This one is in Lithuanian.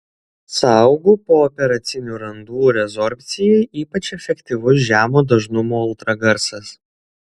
sąaugų pooperacinių randų rezorbcijai ypač efektyvus žemo dažnumo ultragarsas